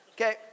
Okay